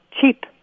cheap